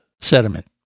sediment